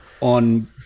on